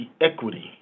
equity